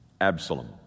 Absalom